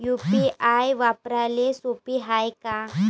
UPI वापराले सोप हाय का?